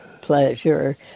pleasure